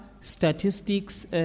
Statistics